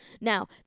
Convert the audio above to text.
Now